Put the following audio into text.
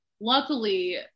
luckily